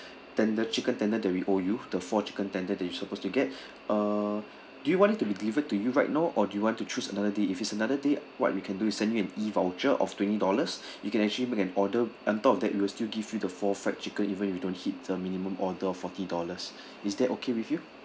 tender chicken tender that we owe you the four chicken tender that you supposed to get uh do you want it to be delivered to you right now or do you want to choose another day if it's another day what we can do is send you an E voucher of twenty dollars you can actually make an order on top of that we will still give you the four fried chicken even if you don't hit the minimum order of forty dollars is that okay with you